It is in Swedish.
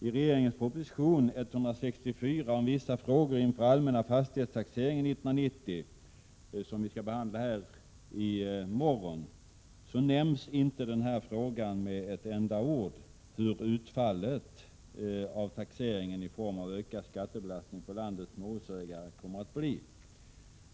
I regeringens proposition 164 om vissa frågor inför den allmänna fastighetstaxeringen 1990, som vi skall behandla här i kammaren i morgon, nämns inte med ett enda ord hur utfallet av taxeringen i form av ökad skattebelastning på landets småhusägare kommer att bli.